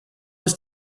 was